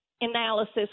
analysis